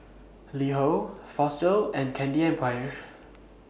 LiHo Fossil and Candy Empire